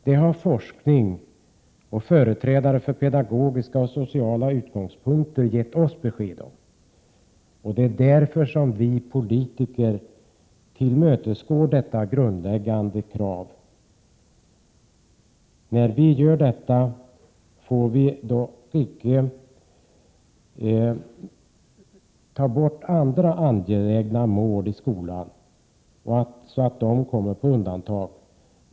Det har forskare och företrädare för pedagogiska och sociala aspekter gett oss besked om. Därför försöker vi som politiker tillmötesgå detta grundläggande krav. När vi gör det får vi se till att inte andra angelägna mål i skolan kommer på undantag.